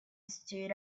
stood